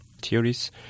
theories